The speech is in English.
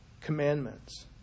commandments